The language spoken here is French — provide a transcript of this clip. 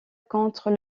contre